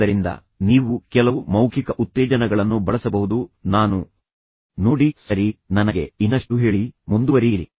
ಆದ್ದರಿಂದ ನೀವು ಕೆಲವು ಮೌಖಿಕ ಉತ್ತೇಜನಗಳನ್ನು ಬಳಸಬಹುದು ನಾನು ನೋಡಿ ಸರಿ ನನಗೆ ಇನ್ನಷ್ಟು ಹೇಳಿ ಮುಂದುವರಿಯಿರಿ